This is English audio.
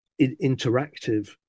interactive